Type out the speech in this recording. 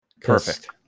Perfect